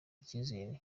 icyizere